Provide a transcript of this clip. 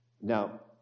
Now